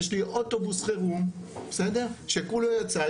יש לי אוטובוס חירום שכולו יצא,